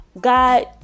God